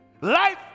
life